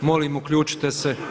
Molim uključite se.